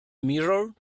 mirror